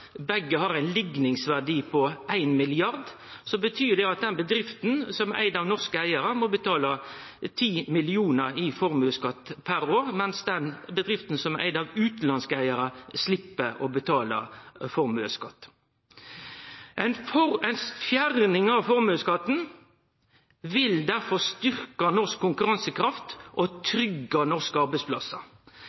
Begge har ein likningverdi på 1 mrd. kr. Det betyr at den bedrifta som har norske eigarar, må betale 10 mill. kr i formuesskatt per år, mens den som har utanlandske eigarar, slepp å betale formuesskatt. Fjerning av formuesskatten vil derfor styrkje norsk konkurransekraft og trygge norske arbeidsplassar.